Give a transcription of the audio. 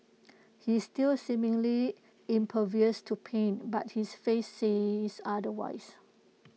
he's still seemingly impervious to pain but his face says otherwise